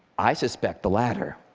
i suspect the latter.